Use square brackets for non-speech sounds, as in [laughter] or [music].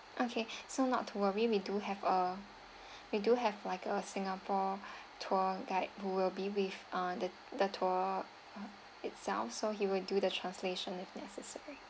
okay [breath] so not to worry we do have uh we do have like a singapore tour guide who will be with ah the the tour itself so he would do the translation if necessary